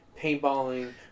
paintballing